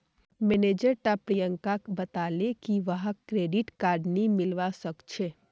manager टा प्रियंकाक बताले की वहाक क्रेडिट कार्ड नी मिलवा सखछे